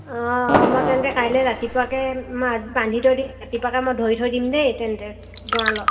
অঁ মই তেন্তে কাইলৈ ৰাতিপুৱাকৈ মই আজি বান্ধি থৈ দিম ৰাতিপুৱাকৈ মই ধৰি থৈ দিম দেই তেন্তে গড়ালত